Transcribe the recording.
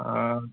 অঁ